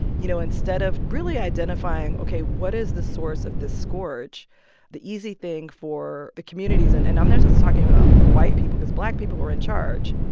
you know, instead of really identifying ok what is the source of this scourge the easy thing for the communities and and i'm not just talking about the white people, cause black people were in charge.